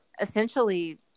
essentially